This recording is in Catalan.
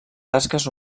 tasques